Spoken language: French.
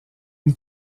une